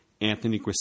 Anthony